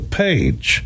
page